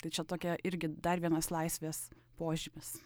tai čia tokia irgi dar vienas laisvės požymis